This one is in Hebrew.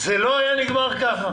זה לא היה נגמר כך.